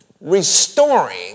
restoring